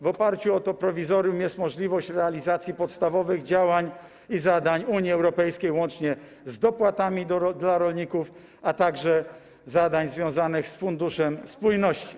W oparciu o to prowizorium jest możliwość realizacji podstawowych działań i zadań Unii Europejskiej, łącznie z dopłatami dla rolników, a także zadań związanych z Funduszem Spójności.